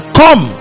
come